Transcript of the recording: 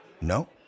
No